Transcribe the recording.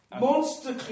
Monster